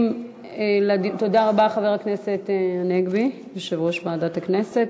תודה רבה, חבר הכנסת הנגבי, יושב-ראש ועדת הכנסת.